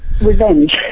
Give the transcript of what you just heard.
Revenge